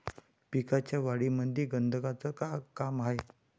पिकाच्या वाढीमंदी गंधकाचं का काम हाये?